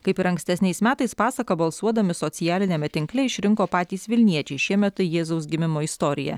kaip ir ankstesniais metais pasaką balsuodami socialiniame tinkle išrinko patys vilniečiai šiemet tai jėzaus gimimo istorija